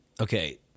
okay –